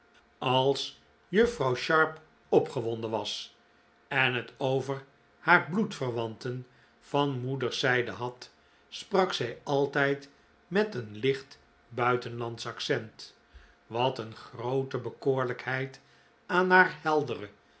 als juffrouw sharp opgewonden was en het over haar bloedverwanten van moederszijde had sprak zij altijd met een licht buitenlandsch accent wat een groote bekoorlijkheid aan haar heldere